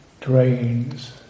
drains